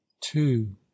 Two